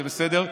זה בסדר.